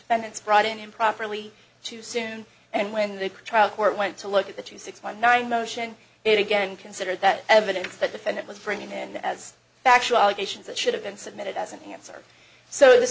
defendant's brought in improperly too soon and when the trial court went to look at the two six one nine motion it again considered that evidence that defendant was bringing in as factual allegations that should have been submitted as an answer so the